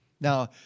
Now